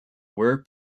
were